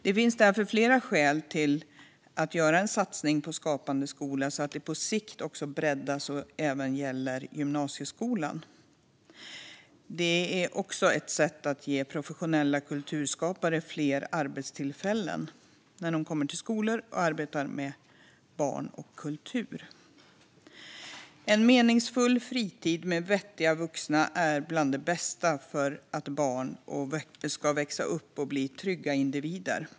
Det finns därför flera skäl för att satsningen på Skapande skola på sikt bör breddas till att gälla även gymnasieskolan. Det skulle vara ett sätt att ge professionella kulturskapare fler arbetstillfällen på skolor när de arbetar med barn och kultur. En meningsfull fritid med vettiga vuxna är bland det bästa för att barn ska växa upp och bli trygga individer.